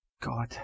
God